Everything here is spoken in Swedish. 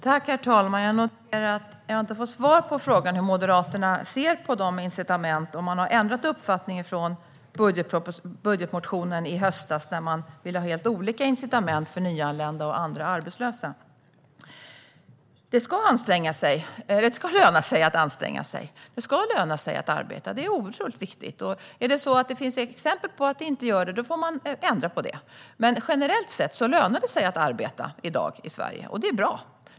Herr talman! Jag noterar att jag inte fick svar på frågan om hur Moderaterna ser på incitamenten. Har man ändrat uppfattning från budgetmotionen i höstas, då man ville ha helt olika incitament för nyanlända och för andra arbetslösa? Det ska löna sig att anstränga sig. Det ska löna sig att arbeta - detta är oerhört viktigt. Om det är så att det finns exempel på att det inte lönar sig får man ändra på det. Men generellt sett lönar det sig att arbeta i dag i Sverige, och det är bra.